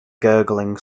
gurgling